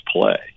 play